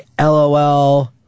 lol